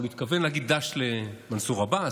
אבל הוא התכוון להגיד: ד"ש למנסור עבאס,